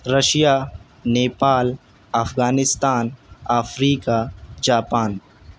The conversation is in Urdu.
رشیا نیپال افغانستان افریقہ جاپان